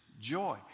joy